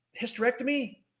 hysterectomy